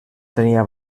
tenia